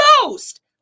ghost